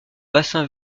bassin